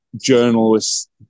journalist